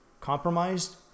compromised